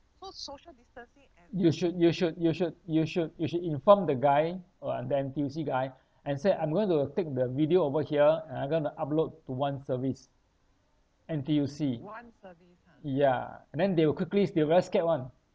you should you should you should you should you should inform the guy uh the N_T_U_C guy and say I'm going to take the video over here and I'm going to upload to OneService N_T_U_C ya and then they will quickly they very scared [one]